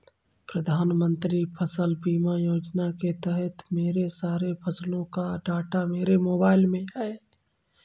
प्रधानमंत्री फसल बीमा योजना के तहत मेरे सारे फसलों का डाटा मेरे मोबाइल में है